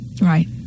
Right